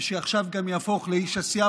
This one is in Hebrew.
ושעכשיו גם יהפוך לאיש עשייה,